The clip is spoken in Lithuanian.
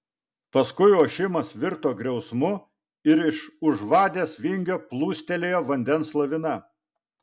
paskui ošimas virto griausmu ir iš už vadės vingio plūstelėjo vandens lavina